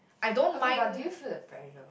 okay but do you feel the pressure